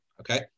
Okay